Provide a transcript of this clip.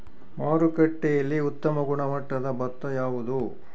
ಮಾರುಕಟ್ಟೆಯಲ್ಲಿ ಉತ್ತಮ ಗುಣಮಟ್ಟದ ಭತ್ತ ಯಾವುದು?